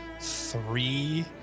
three